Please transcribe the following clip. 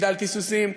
גידלתי סוסים,